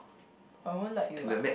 I won't like you ah